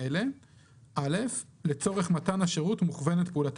למשל, לצורך קריאת מוני